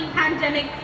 pandemic